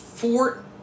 Fort